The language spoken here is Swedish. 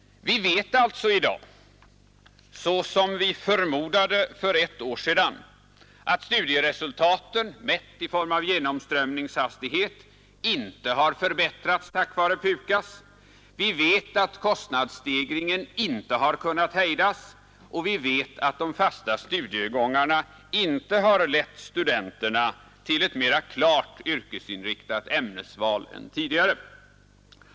Vi vet alltså i dag — såsom vi förmodade för ett år sedan — att studieresultaten, mätta i form av genomströmningshastighet, inte har förbättrats genom PUKAS, vi vet att kostnadsstegringen inte har kunnat hejdas och vi vet att de fasta studiegångarna inte har lett studenterna till ett mera klart yrkesinriktat ämnesval än tidigare.